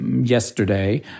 yesterday